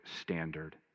standard